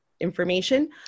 information